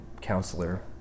counselor